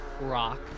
rock